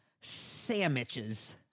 sandwiches